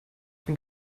bin